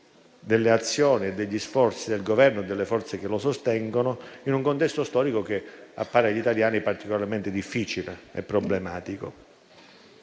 delle azioni e degli sforzi del Governo e delle forze che lo sostengono in un contesto storico che appare agli italiani particolarmente difficile e problematico.